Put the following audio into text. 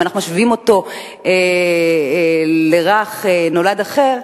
אם אנחנו משווים אותו לרך נולד אחר.